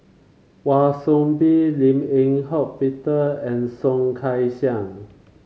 Wan Soon Bee Lim Eng Hock Peter and Soh Kay Siang